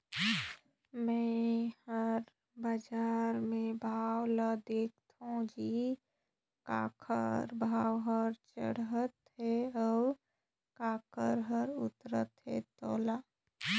मे हर बाजार मे भाव ल देखथों जी काखर भाव हर चड़हत हे अउ काखर हर उतरत हे तोला